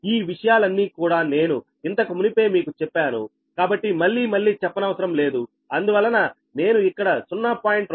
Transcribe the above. ఈ విషయాలన్నీ కూడా నేను ఇంతకుమునుపే మీకు చెప్పాను కాబట్టి మళ్లీ మళ్లీ చెప్పనవసరం లేదు అందువలన నేను ఇక్కడ 0